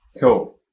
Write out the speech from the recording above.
Cool